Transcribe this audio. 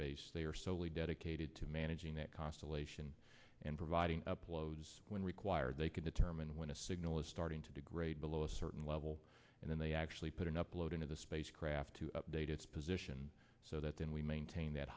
space they are solely dedicated to managing that constellation and providing uploads when required they can determine when a signal is starting to degrade below a certain level and then they actually put an upload into the spacecraft to update its position so that then we maintain that